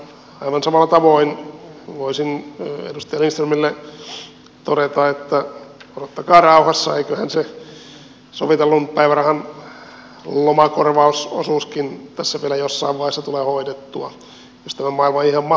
aivan samalla tavoin voisin edustaja lindströmille todeta että odottakaa rauhassa eiköhän se sovitellun päivärahan lomakorvausosuuskin tässä vielä jossain vaiheessa tule hoidettua jos tämä maailma ei ihan mahdottomaksi mene